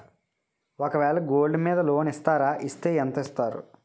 ఒక వేల గోల్డ్ మీద లోన్ ఇస్తారా? ఇస్తే ఎంత ఇస్తారు?